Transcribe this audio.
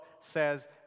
Says